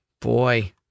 boy